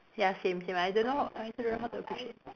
ya same same I don't know I also don't know how to appreciate